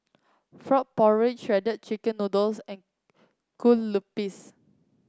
Frog Porridge Shredded Chicken Noodles and Kueh Lupis